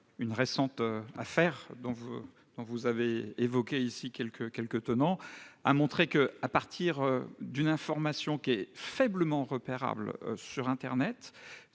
Une récente affaire, dont ont été évoqués dans cette enceinte quelques tenants, a montré qu'à partir d'une information qui est faiblement repérable sur internet,